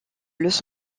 los